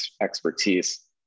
expertise